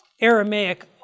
Aramaic